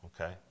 okay